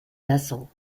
vessel